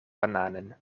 bananen